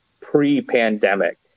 pre-pandemic